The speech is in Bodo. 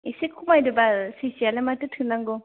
एसे खमायदोबाल सैसेयालाय माथो थोनांगौ